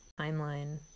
timeline